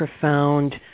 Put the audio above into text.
profound